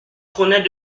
trônait